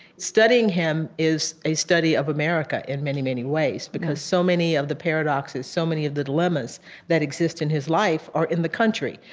studying him is a study of america in many, many ways, because so many of the paradoxes, so many of the dilemmas that exist in his life are in the country.